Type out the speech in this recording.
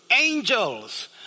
angels